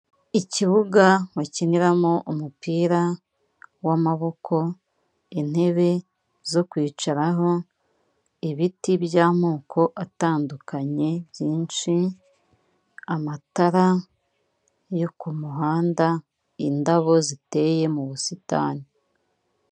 Ikibuga bakiniramo umupira w'amaboko, intebe zo kwicaraho, ibiti by'amoko atandukanye byinshi, amatara yo k'umuhanda, indabo ziteye mu busitani.